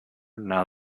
now